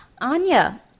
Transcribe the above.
Anya